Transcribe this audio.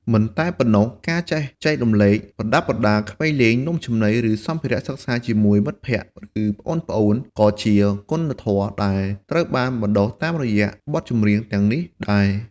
មិនតែប៉ុណ្ណោះ ការចេះចែករំលែក ប្រដាប់ប្រដាក្មេងលេង នំចំណី ឬសម្ភារៈសិក្សាជាមួយមិត្តភក្តិ ឬប្អូនៗ ក៏ជាគុណធម៌ដែលត្រូវបានបណ្ដុះតាមរយៈបទចម្រៀងទាំងនេះដែរ។